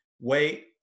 wait